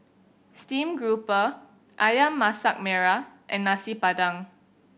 stream grouper Ayam Masak Merah and Nasi Padang